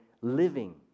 living